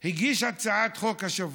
הגיש הצעת חוק השבוע: